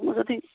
ମୁଁ ଯଦି